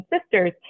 sisters